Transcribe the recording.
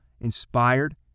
inspired